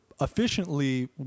efficiently